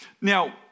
Now